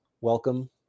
welcome